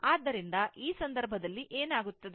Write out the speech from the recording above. ಆದ್ದರಿಂದ ಈ ಸಂದರ್ಭದಲ್ಲಿ ಏನಾಗುತ್ತದೆ